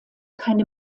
keine